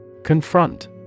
Confront